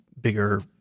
bigger